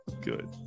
good